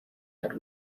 had